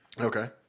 Okay